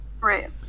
Right